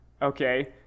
Okay